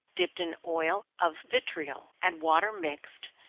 dipped in oil of vitriol and water mixed,